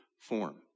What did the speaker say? form